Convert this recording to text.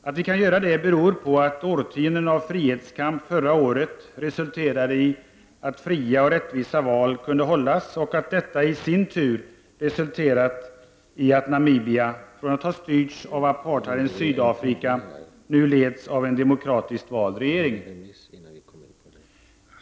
Att vi kan göra det beror på att årtionden av frihetskamp förra året ledde fram till att fria och rättvisa val kunde hållas och att detta i sin tur resulterat i att Namibia, från att ha styrts av apartheidens Sydafrika, nu leds av en demokratiskt vald regering.